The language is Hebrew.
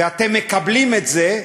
ואתם מקבלים את זה,